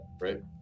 right